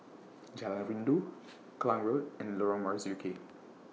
Jalan Rindu Klang Road and Lorong Marzuki